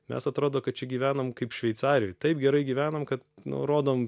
mes atrodo kad čia gyvenam kaip šveicarijoj taip gerai gyvenam kad nu rodom